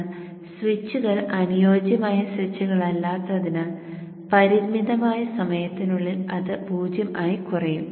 എന്നാൽ സ്വിച്ചുകൾ അനുയോജ്യമായ സ്വിച്ചുകളല്ലാത്തതിനാൽ പരിമിതമായ സമയത്തിനുള്ളിൽ അത് 0 ആയി കുറയും